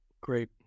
Great